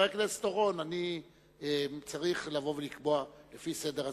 אבל מה שחבר הכנסת אורון אומר הוא שצריך לבוא ולקבוע לפי הסדר,